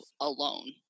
alone